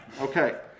Okay